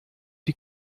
die